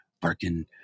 barking